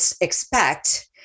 expect